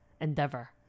endeavor